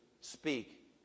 speak